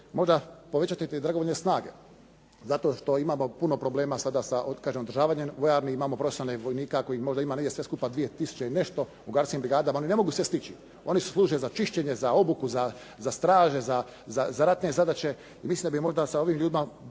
možda povećati te dragovoljne snage zato što imamo puno problema sada sa kažem održavanjem vojarni, imamo profesionalne vojnike, ako ih možda ima negdje sve skupa 2 tisuće i nešto u gardijskim brigadama, oni ne mogu sve stići. Oni služe za čišćenje, za obuku, za straže, za ratne zadaće i mislim da bi možda sa ovim ljudima